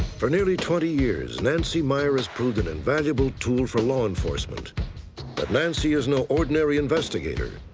for nearly twenty years, nancy myer has proved an invaluable tool for law enforcement. but nancy is no ordinary investigator.